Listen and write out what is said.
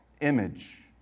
image